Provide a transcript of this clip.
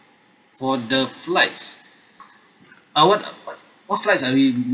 for the flights uh what what flights are we